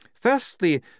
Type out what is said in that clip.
Firstly